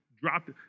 dropped